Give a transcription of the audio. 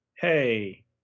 hey